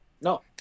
No